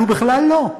אנחנו בכלל לא.